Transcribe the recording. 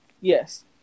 Yes